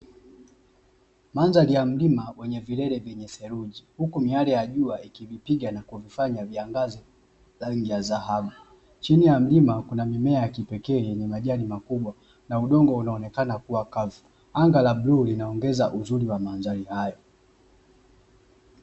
Mandhari ya mlima vyenye dhuluji huku jua likipiga na kufanya dheluji huku miale ya jua ikivipiga ili kuvifanya viangae anga la bluu linaongeza linaongeza uzuri wa mandhari mizuri